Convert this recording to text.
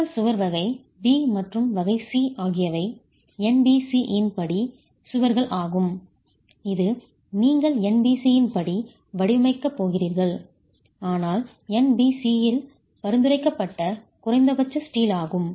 உங்கள் சுவர் வகை B மற்றும் வகை C ஆகியவை NBC இன் படி சுவர்கள் ஆகும் இது நீங்கள் NBC இன் படி வடிவமைக்கப் போகிறீர்கள் ஆனால் NBC இல் பரிந்துரைக்கப்பட்ட குறைந்தபட்ச ஸ்டீல் ஆகும்